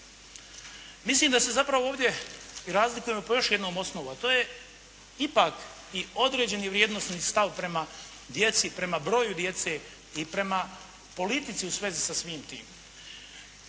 Mislim da se zapravo ovdje razlikujemo po još jednom osnovu, a to je ipak i određeni vrijednosni stav prema djeci, prema broju djece i prema politici u svezi sa svim tim.